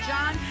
John